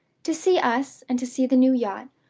to see us, and to see the new yacht,